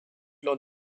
leurs